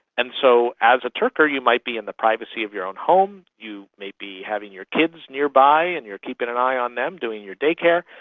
and so as a turker you might be in the privacy of your own home, you may be having your kids nearby and you're keeping an eye on them, doing your daycare,